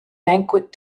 banquet